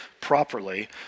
properly